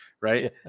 right